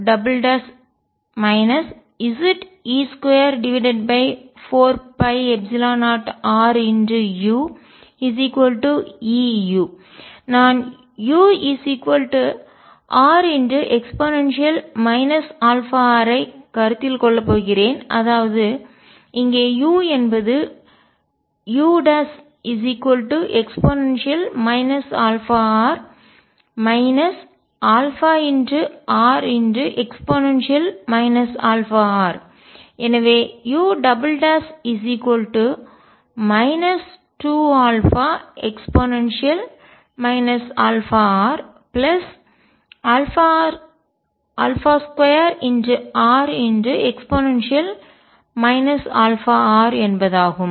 நான் ure αr ஐ கருத்தில் கொள்ளப் போகிறேன் அதாவது இங்கே u என்பது ue αr αre αr எனவே u 2αe αr2re αr என்பதாகும்